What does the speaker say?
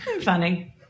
funny